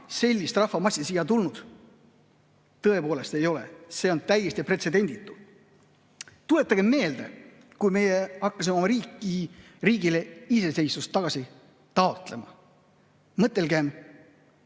sellist rahvamassi siia tulnud. Tõepoolest ei ole, see on täiesti pretsedenditu. Tuletagem meelde seda, kui me hakkasime oma riigile iseseisvust tagasi taotlema. Mõelgem